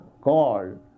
called